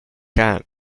can